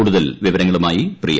കൂടുതൽ വിവരങ്ങളുമായി പ്രിയ